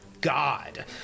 God